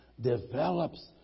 develops